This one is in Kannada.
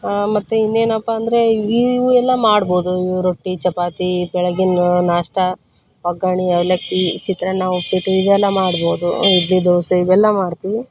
ಮತ್ತು ಇನ್ನೇನಪ್ಪ ಅಂದರೆ ಇವು ಎಲ್ಲ ಮಾಡ್ಬೋದು ಇವು ರೊಟ್ಟಿ ಚಪಾತಿ ಬೆಳಗಿನ್ನ ನಾಷ್ಟ ಒಗ್ಗರ್ಣೆ ಅವಲಕ್ಕಿ ಚಿತ್ರಾನ್ನ ಉಪ್ಪಿಟ್ಟು ಇದೆಲ್ಲ ಮಾಡ್ಬೋದು ಇಡ್ಲಿ ದೋಸೆ ಇವೆಲ್ಲ ಮಾಡ್ತೀನಿ